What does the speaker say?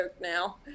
now